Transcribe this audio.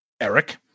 Eric